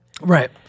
Right